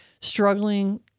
struggling